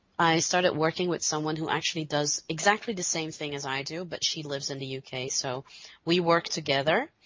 i started working with someone who actually does exactly the same thing as i do but she lives in the uk so we work together.